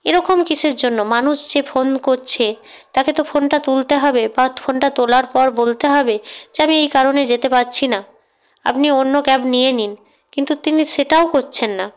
এরকম কীসের জন্য মানুষ যে ফোন করছে তাকে তো ফোনটা তুলতে হবে বা ফোনটা তোলার পর বলতে হবে যে আমি এই কারণে যেতে পারছি না আপনি অন্য ক্যাব নিয়ে নিন কিন্তু তিনি সেটাও করছেন না